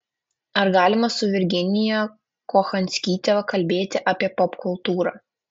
ar galima su virginija kochanskyte kalbėti apie popkultūrą